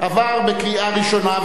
עבר בקריאה ראשונה,